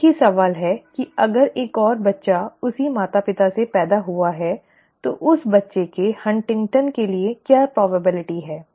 एक ही सवाल है कि अगर एक और बच्चा उसी माता पिता से पैदा हुआ है तो उस बच्चे में हंटिंगटन के लिए क्या संभावना है ठीक है